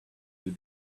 you